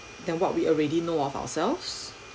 than what we already know of ourselves